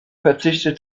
verzichtet